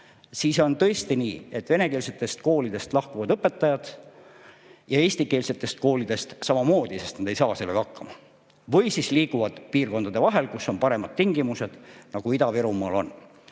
siis on tõesti nii, et venekeelsetest koolidest õpetajad lahkuvad ja eestikeelsetest koolidest samamoodi, sest nad ei saa hakkama. Või siis liiguvad piirkondadesse, kus on paremad tingimused, nagu Ida-Virumaal on.